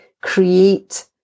create